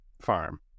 farm